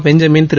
Benjamin Thiru